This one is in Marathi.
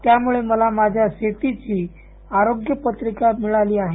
त्यामुळे मला माझ्या शेतीची आरोग्यपत्रिका मिळाली आहे